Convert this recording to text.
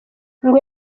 ngo